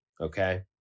Okay